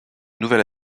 nouvelle